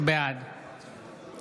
בעד